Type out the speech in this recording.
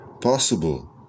possible